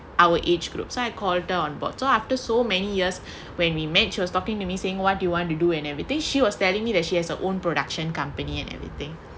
our age group so I called on board so after so many years when we met she was talking to me saying what do you want to do and everything she was telling me that she has her own production company and everything